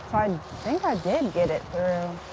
i and think i did get it through.